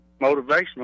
motivational